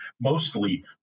mostly